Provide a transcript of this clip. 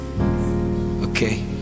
Okay